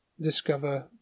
discover